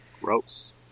gross